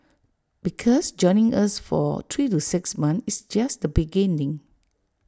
because joining us for three to six months is just the beginning